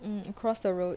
mm across the road